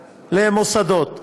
למוסדות.